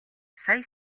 сая